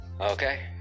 Okay